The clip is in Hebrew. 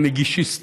אני נגישיסט.